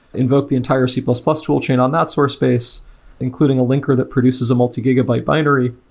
invoke the entire c plus plus tool chain on that source base including a linker that produces a multi-gigabyte binary.